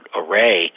array